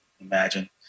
imagine